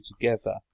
together